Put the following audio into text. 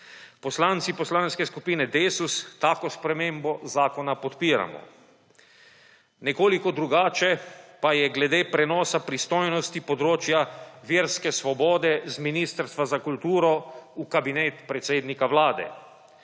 Poslanci Poslanske skupine Desus tako spremembo zakona podpiramo. Nekoliko drugače pa je glede prenosa pristojnosti področja verske svobode z Ministrstva za kulturo v kabinet predsednika Vlade.